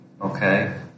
Okay